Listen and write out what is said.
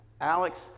Alex